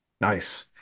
Nice